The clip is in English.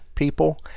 People